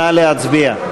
נא להצביע.